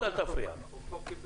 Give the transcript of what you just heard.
אני לא רוצה